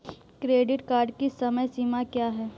Credit card की समय सीमा क्या है?